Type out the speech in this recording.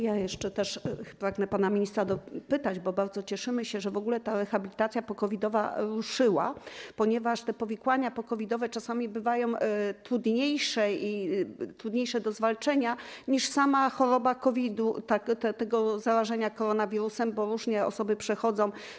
Ja jeszcze też pragnę pana ministra dopytać, bo bardzo cieszymy się, że w ogóle ta rehabilitacja po-COVID-owa ruszyła, ponieważ te powikłania po-COVID-owe czasami bywają trudniejsze do zwalczenia niż sama choroba COVID po zarażeniu koronawirusem, bo różnie to osoby przechodzą.